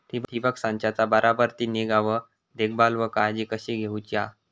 ठिबक संचाचा बराबर ती निगा व देखभाल व काळजी कशी घेऊची हा?